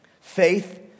faith